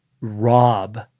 rob